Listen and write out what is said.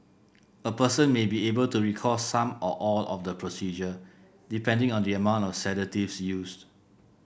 a person may be able to recall some or all of the procedure depending on the amount of sedatives used